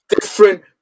different